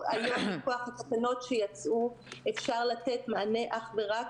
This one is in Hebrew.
מכוח התקנות שיצאו אפשר לתת מענה אך ורק